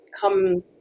come